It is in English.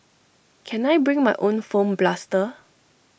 can I bring my own foam blaster